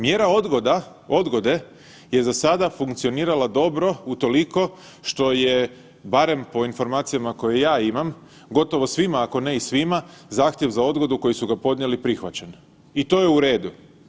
Mjera odgode je za sada funkcionirala dobro utoliko što je barem po informacijama koje ja imam, gotovo svima ako ne i svima zahtjev za odgodu kojeg su ga podnijeli prihvaćeni i to je u redu.